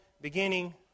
beginning